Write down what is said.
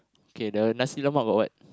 okay the nasi lemak got what